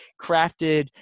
crafted